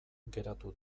geratu